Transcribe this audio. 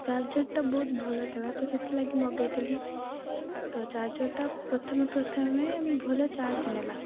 ଚାର୍ଜରଟା ବହୁତ ଭଲ ଥିଲା ତ ସେଥିଲାଗି ମଗାଇଥିଲି ତ ଚାର୍ଜରଟା ପ୍ରଥମେ ପ୍ରଥମେ ଭଲ ଚାର୍ଜ ନେଲା